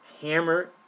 hammer